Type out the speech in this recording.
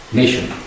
nation